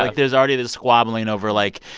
like there's already this squabbling over, like,